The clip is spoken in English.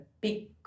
big